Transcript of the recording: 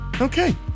Okay